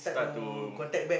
start to